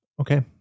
Okay